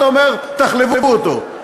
ואתה אומר: תחלבו אותו.